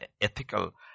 ethical